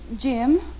Jim